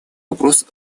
вопрос